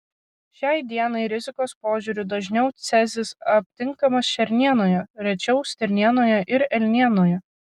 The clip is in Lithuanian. šiai dienai rizikos požiūriu dažniau cezis aptinkamas šernienoje rečiau stirnienoje ir elnienoje